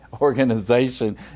Organization